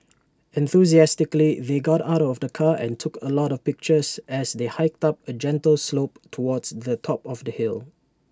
enthusiastically they got out of the car and took A lot of pictures as they hiked up A gentle slope towards the top of the hill